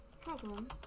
problem